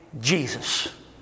Jesus